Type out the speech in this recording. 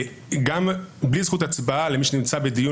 גם בלי זכות הצבעה למי שנמצא בדיון